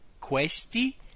questi